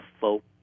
folk